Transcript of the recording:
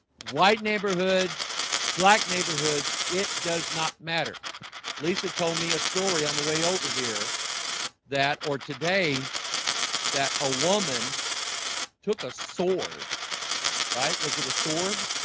white neighborhoods black neighborhoods. it does not matter lisa told me a story on the way over here that or today that a woman took a sword right? was it a sword?